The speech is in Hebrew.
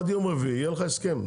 עד יום רביעי יהיה לך הסכם.